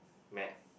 met